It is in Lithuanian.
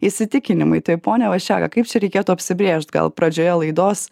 įsitikinimai tai pone vaščega kaip čia reikėtų apsibrėžt gal pradžioje laidos